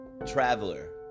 Traveler